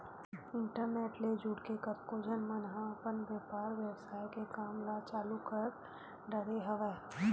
internet ले जुड़के कतको झन मन ह अपन बेपार बेवसाय के काम ल चालु कर डरे हवय